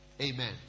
Amen